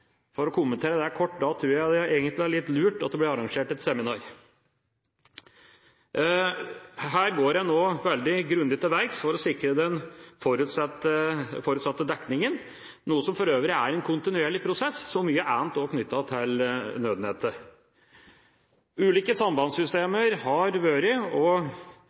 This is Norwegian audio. For kort å kommentere det: Jeg tror det er litt lurt at det blir arrangert et seminar. Her går man veldig grundig til verks for å sikre den forutsatte dekningen, noe som for øvrig er en kontinuerlig prosess – som mye annet knyttet til nødnettet. Ulike sambandssystemer har vært og